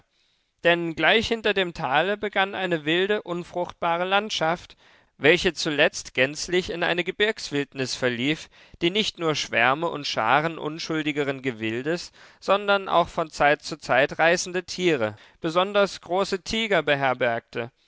denn gleich hinter dem tale begann eine wilde unfruchtbare landschaft welche zuletzt gänzlich in eine gebirgswildnis verlief die nicht nur schwärme und scharen unschuldigeren gewildes sondern auch von zeit zu zeit reißende tiere besonders große tiger beherbergte